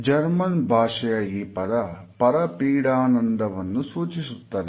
German ಭಾಷೆಯ ಈ ಪದ ಪರಪೀಡಾನಂದವನ್ನು ಸೂಚಿಸುತ್ತದೆ